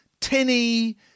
tinny